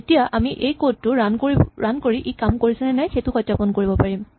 এতিয়া আমি এই কড টো ৰান কৰি ই কাম কৰিছেনে নাই সেইটো সত্যাপণ কৰিব পাৰিম